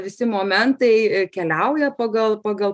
visi momentai keliauja pagal pagal